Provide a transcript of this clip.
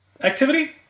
activity